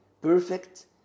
Perfect